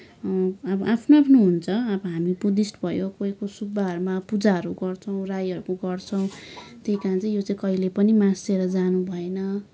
अब आफ्नो आफ्नो हुन्छ अब हामी बुद्धिस्ट भयौँ कोही कोही सुब्बाहरूमा पूजाहरू गर्छौँ राईहरूको गर्छौँ त्यही कारण चाहिँ यो चाहिँ कहिल्यै पनि मासिएर जानु भएन